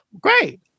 Great